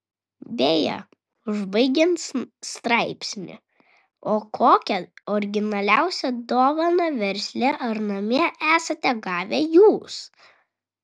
beje užbaigiant straipsnį o kokią originaliausią dovaną versle ar namie esate gavę jūs